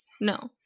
no